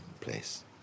place